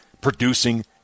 producing